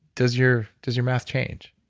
does your does your math change?